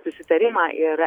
susitarimą ir